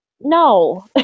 no